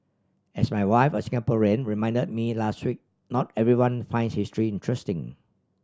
as my wife a Singaporean reminded me last week not everyone finds history interesting